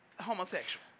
homosexual